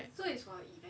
so it's for event is it